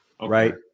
Right